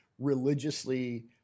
religiously